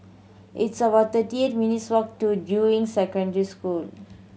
it's about thirty eight minutes walk to Juying Secondary School